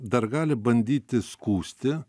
dar gali bandyti skųsti